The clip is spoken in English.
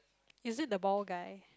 is it the bald guy